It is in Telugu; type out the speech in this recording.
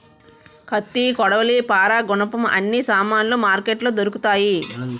కత్తి కొడవలి పారా గునపం అన్ని సామానులు మార్కెట్లో దొరుకుతాయి